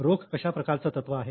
रोख कशा प्रकारचं तत्त्व आहे